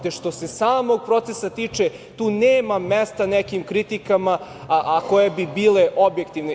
Te što se samog procesa tiče tu nema mesta nekim kritikama, a koje bi bile objektivne.